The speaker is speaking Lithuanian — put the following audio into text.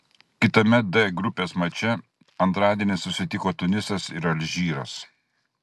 kitame d grupės mače antradienį susitiko tunisas ir alžyras